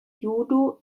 judo